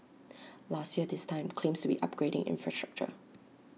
last year this time claims to be upgrading infrastructure